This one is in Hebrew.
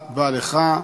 תודה רבה לך.